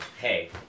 Hey